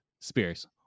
Spears